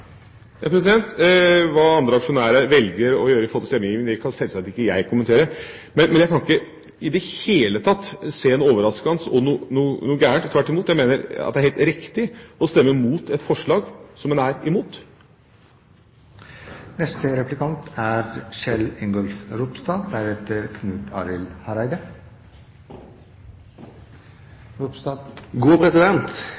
Hva andre aksjonærer velger å gjøre i forbindelse med stemmegivningen, kan selvsagt ikke jeg kommentere. Men jeg kan i det hele tatt ikke se noe overraskende og noe galt. Jeg mener tvert imot at det er helt riktig å stemme imot et forslag som man er imot. Eg må innrømme at eg er